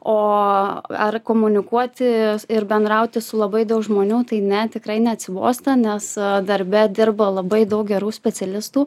o ar komunikuoti ir bendrauti su labai daug žmonių tai ne tikrai neatsibosta nes darbe dirba labai daug gerų specialistų